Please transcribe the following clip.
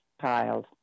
child